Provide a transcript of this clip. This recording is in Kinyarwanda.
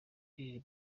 binini